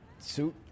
Suit